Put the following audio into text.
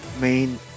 main